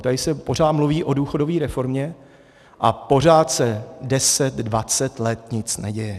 Tady se pořád mluví o důchodové reformě a pořád se deset dvacet let nic neděje.